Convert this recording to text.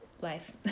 life